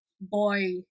Boy